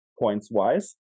points-wise